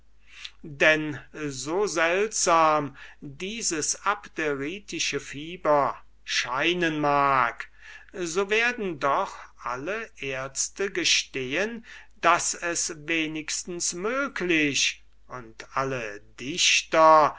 denn so seltsam dieses abderitische fieber scheinen mag so werden doch alle ärzte gestehen daß es wenigstens möglich und alle dichter